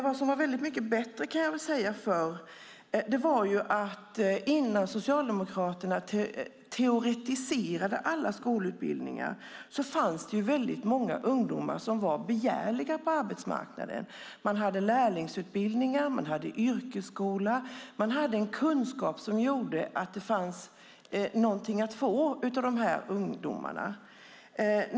Vad som var mycket bättre förr var att innan Socialdemokraterna teoretiserade alla skolutbildningar fanns det många ungdomar som var begärliga på arbetsmarknaden. Man hade lärlingsutbildningar, yrkesskola och man hade en kunskap som gjorde att det fanns någonting att få av ungdomarna.